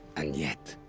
and yet.